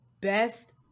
best